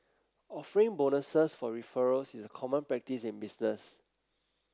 offering bonuses for referrals is common practice in business